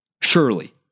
Surely